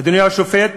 אדוני השופט,